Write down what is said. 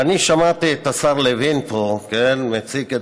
ואני שמעתי את השר לוין מציג פה את